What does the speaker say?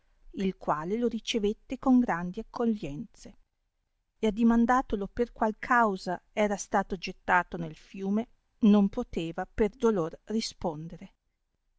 il quale lo ricevette con grandi accoglienze e addimandatolo per qual causa era stato gettato nel fiume non poteva per dolor rispondere